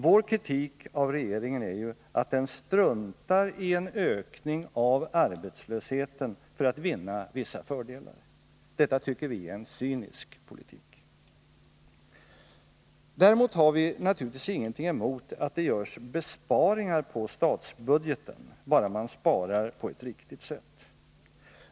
Vår kritik av regeringen är att den struntar i en ökning av arbetslösheten för att vinna vissa fördelar. Detta tycker vi är en cynisk politik. Däremot har vi naturligtvis ingenting emot att det görs besparingar på statsbudgeten, bara man sparar på ett riktigt sätt.